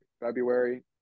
February